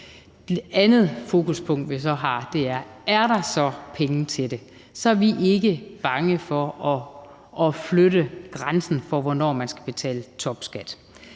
Det andet fokuspunkt, vi har, er, om der så er penge til det. Så er vi ikke bange for at flytte grænsen for, hvornår man skal betale topskat.